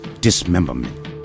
Dismemberment